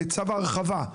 בצו הרחבה.